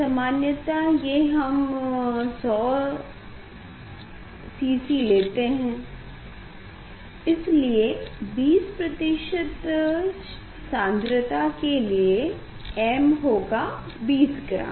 सामान्यतः ये हम 100 cc लेते हैं इसलिए 20 प्रतिशत सान्द्रता के लिए m होगा 20ग्राम